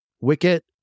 Wicket